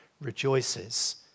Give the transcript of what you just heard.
rejoices